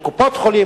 שקופות-חולים,